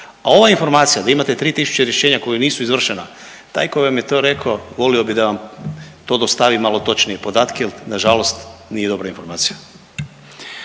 A ova informacija da imate 3 tisuće rješenja koja nisu izvršena, taj koji vam je to rekao volio bi da vam to dostavi malo točnije podatke jel nažalost nije dobra informacija.